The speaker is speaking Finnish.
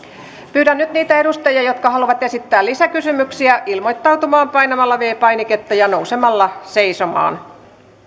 pyydän nyt niitä edustajia jotka haluavat esittää lisäkysymyksiä ilmoittautumaan painamalla viides painiketta ja nousemalla seisomaan